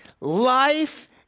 life